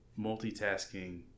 multitasking